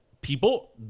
People